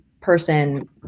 person